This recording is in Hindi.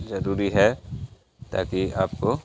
जरूरी है ताकि आपको